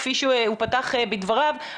כפי שהוא פתח בדבריו,